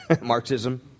Marxism